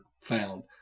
found